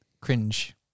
cringe